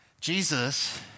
Jesus